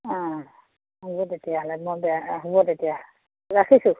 অঁ হ'ব তেতিয়াহ'লে মই বেয়া হ'ব তেতিয়া ৰাখিছোঁ